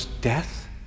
death